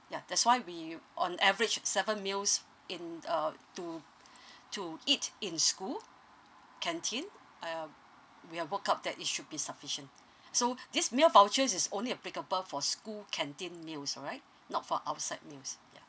ya that's why we on average seven meals in uh to to eat in school canteen uh we've worked out that it should be sufficient so this meal vouchers is only applicable for school canteen meal alright not for outside meals